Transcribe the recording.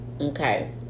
Okay